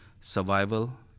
survival